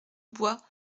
bois